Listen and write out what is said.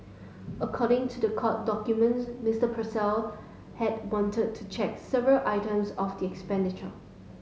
according to the court documents Mister Purcell had wanted to check several items of expenditure